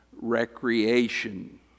recreation